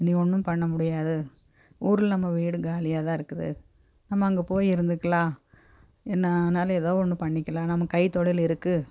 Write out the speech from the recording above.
இனி ஒன்றும் பண்ண முடியாது ஊர்ல நம்ம வீடும் காலியாகதான் இருக்குது நம்ம அங்கே போயி இருந்துக்கலாம் என்ன ஆனாலும் எதோ ஒன்று பண்ணிக்கலாம் நமக்கு கைத்தொழில் இருக்குது